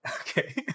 Okay